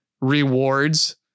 rewards